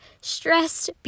stressed